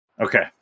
Okay